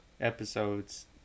Episodes